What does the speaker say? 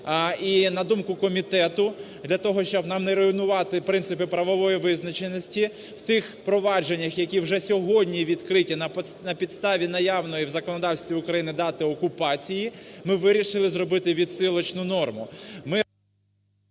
І, на думку комітету, для того, щоб не руйнувати принципи правової визначеності в тих провадженнях, які вже сьогодні відкриті на підставі наявної в законодавстві України дати окупації, ми вирішили зробити відсилочну норму.